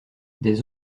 des